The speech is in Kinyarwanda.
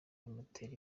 bimutera